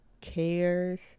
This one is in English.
cares